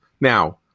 Now